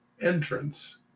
entrance